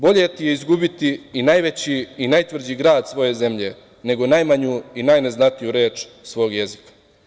Bolje ti je izgubiti i najveći i najtvrđi grad svoje zemlje, nego najmanju i najneznatiju reč svog jezika.